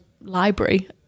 library